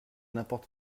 n’importe